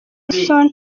bryson